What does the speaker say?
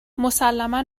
مسلما